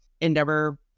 Endeavor